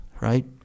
right